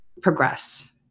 progress